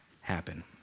happen